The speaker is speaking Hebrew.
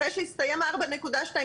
אחרי שהסתיים הארבע נקודה שתיים,